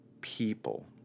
people